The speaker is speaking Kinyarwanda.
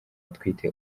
atwite